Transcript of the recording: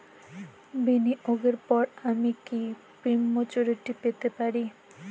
বিনিয়োগের পর আমি কি প্রিম্যচুরিটি পেতে পারি?